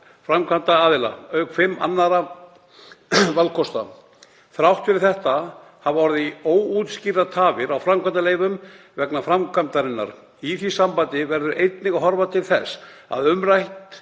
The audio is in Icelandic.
framkvæmdaraðila, auk fimm annarra valkosta. Þrátt fyrir þetta hafa orðið óútskýrðar tafir á framkvæmdaleyfum vegna framkvæmdarinnar. Í því sambandi verður einnig að horfa til þess að umrædd